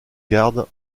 garde